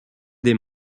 des